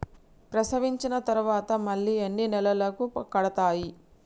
ప్రసవించిన తర్వాత మళ్ళీ ఎన్ని నెలలకు కడతాయి?